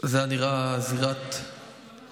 זה היה נראה זירת רצח